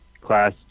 class